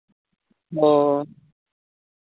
ᱦᱮᱸ